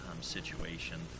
situation